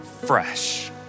fresh